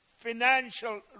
financial